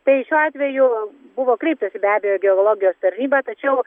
tai šiuo atveju buvo kreiptasi be abejo į geologijos tarnybą tačiau